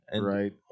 Right